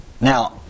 Now